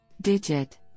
Digit